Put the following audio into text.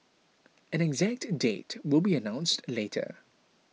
an exact date will be announced later